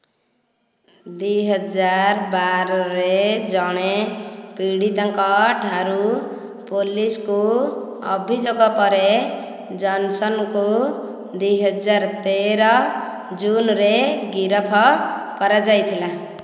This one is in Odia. ଦୁଇ ହଜାର ବାରରେ ଜଣେ ପୀଡ଼ିତାଙ୍କ ଠାରୁ ପୋଲିସକୁ ଅଭିଯୋଗ ପରେ ଜନ୍ସନ୍ଙ୍କୁ ଦୁଇ ହଜାର ତେର ଜୁନ୍ରେ ଗିରଫ କରାଯାଇଥିଲା